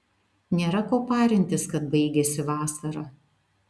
nėra ko parintis kad baigiasi vasara